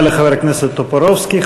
תודה לחבר הכנסת טופורובסקי.